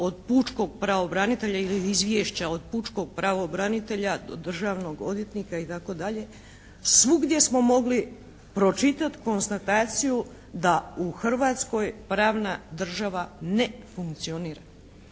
od pučkog pravobranitelja ili izvješća od pučkog pravobranitelja do državnog odvjetnika itd., svugdje smo mogli pročitat konstataciju da u Hrvatskoj pravna država ne funkcionira.